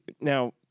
now